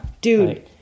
Dude